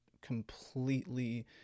completely